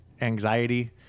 anxiety